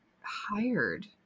hired